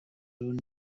brown